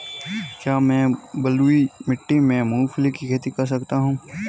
क्या मैं बलुई मिट्टी में मूंगफली की खेती कर सकता हूँ?